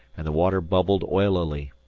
and the water bubbled oilily.